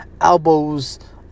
elbows